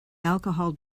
alcohol